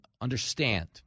understand